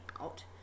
out